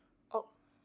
oh